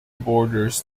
borders